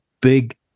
big